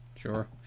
Sure